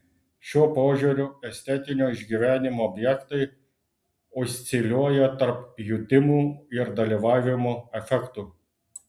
šiuo požiūriu estetinio išgyvenimo objektai osciliuoja tarp jutimų ir dalyvavimo efektų